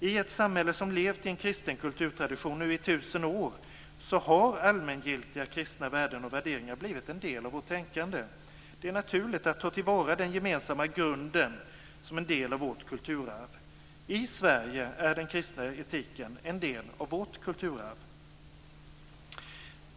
I ett samhälle som levt i en kristen kulturtradition i tusen år har allmängiltiga kristna värden och värderingar blivit en del av vårt tänkande. Det är naturligt att ta till vara den gemensamma grunden som en del av vårt kulturarv. I Sverige är den kristna etiken en del av vårt kulturarv.